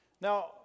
Now